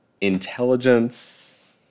Intelligence